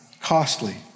costly